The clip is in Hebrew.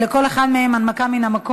41 בעד, אין מתנגדים.